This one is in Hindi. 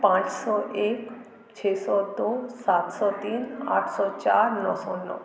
पाँच सौ एक छः सौ दो सात सौ तीन आठ सौ चार नौ सौ नौ